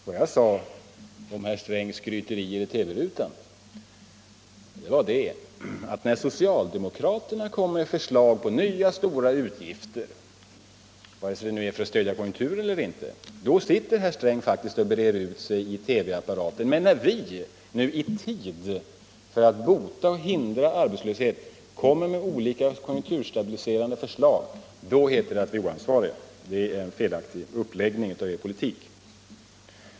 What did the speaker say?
Vad jag avsåg med herr Strängs skryt i TV-rutan var att när socialdemokraterna kommer med förslag på nya, stora utgifter — oavsett om de är till för att stödja konjunkturen eller inte — breder herr Sträng ut sig i TV om hur bra detta är. Men när oppositionen för att bota och hindra arbetslösheten i tid kommer med olika konjunkturstabiliserande förslag heter det att vi är oansvariga. Det är en felaktig uppläggning av er debatt.